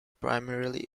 primarily